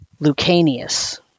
Lucanius